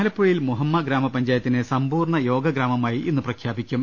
ആലപ്പുഴയിൽ മുഹമ്മ ഗ്രാമപഞ്ചായത്തിനെ സമ്പൂർണ്ണ യോഗ ഗ്രാമ മായി ഇന്ന് പ്രഖ്യാപിക്കും